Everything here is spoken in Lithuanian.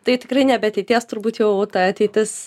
tai tikrai nebe ateities turbūt jau ta ateitis